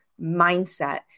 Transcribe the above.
mindset